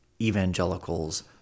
evangelicals